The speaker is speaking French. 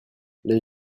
les